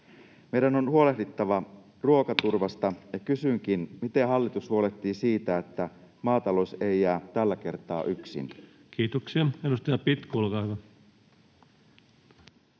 Meidän on huolehdittava ruokaturvasta, ja kysynkin: miten hallitus huolehtii siitä, että maatalous ei jää tällä kertaa yksin? Kiitoksia. — Edustaja Pitko, olkaa hyvä.